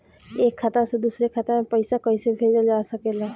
एक खाता से दूसरे खाता मे पइसा कईसे भेजल जा सकेला?